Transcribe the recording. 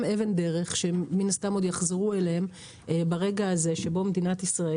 אבן דרך שמן הסתם עוד יחזרו אליהם ברגע הזה שבו מדינת ישראל